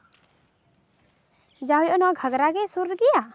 ᱡᱟ ᱦᱩᱭᱩᱜᱼᱟ ᱱᱚᱣᱟ ᱜᱷᱟᱜᱽᱨᱟ ᱜᱮ ᱥᱩᱨ ᱜᱮᱭᱟ